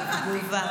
לא הבנתי.